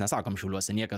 nesakom šiauliuose niekas